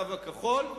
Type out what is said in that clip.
הקו הכחול,